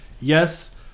yes